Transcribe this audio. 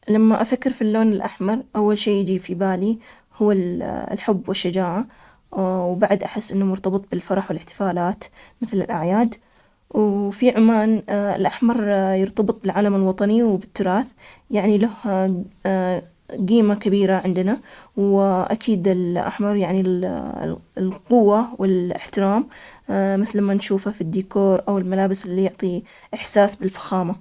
لما أفكر في اللون الأحمر؟ أول شيء يجي في بالي هو ال- الحب والشجاعة، وبعد أحس إنه مرتبط بالفرح والإحتفالات مثل الأعياد، وفي عمان الأحمر يرتبط بالعالم الوطني، وبالتراث يعني له قيمة كبيرة عندنا، و أكيد الأحمر يعني ال ال- القوة والاحترام مثل ما نشوفها في الديكور أو الملابس إللي يعطي إحساس بالفخامة